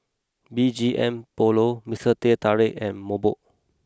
B G M Polo Mister Teh Tarik and Mobot